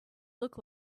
look